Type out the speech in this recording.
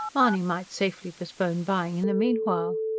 mahony might safely postpone buying in the meanwhile.